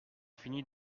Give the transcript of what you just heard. finis